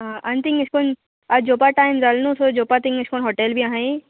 आं आनी थिंगां एश कोन आतां जेवपा टायम जाल न्हू सो जेवपा थिंगां एशे कोन हॉटेल बी आहाय